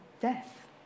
death